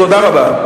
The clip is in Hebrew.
תודה רבה.